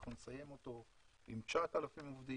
ואנחנו נסיים אותו עם 9,000 עובדים.